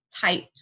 typed